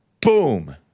BOOM